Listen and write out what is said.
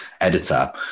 editor